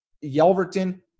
Yelverton